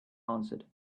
answered